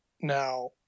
Now